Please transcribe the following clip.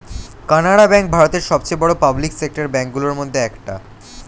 Canara bank ভারতের সবচেয়ে বড় পাবলিক সেক্টর ব্যাঙ্ক গুলোর মধ্যে একটা